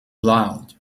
loud